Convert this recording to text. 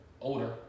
Older